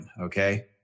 Okay